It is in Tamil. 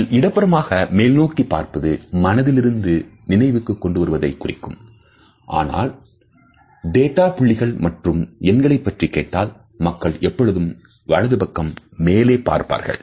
அவர்கள் இடப்புறமாக மேல்நோக்கி பார்ப்பது மனதிலிருந்து நினைவுக்குக் கொண்டுவருவதை குறிக்கும் ஆனால் டேட்டா புள்ளியியல் மற்றும் எண்களை பற்றி கேட்டால் மக்கள் எப்பொழுதும் வலது பக்கம் மேலே பார்ப்பார்கள்